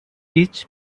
each